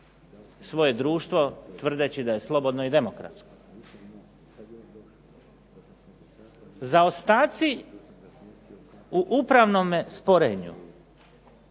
svoje društvo tvrdeći da je slobodno i demokratsko. Zaostaci u upravnome sporenju,